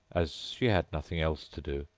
as she had nothing else to do,